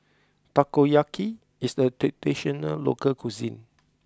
Takoyaki is a traditional local cuisine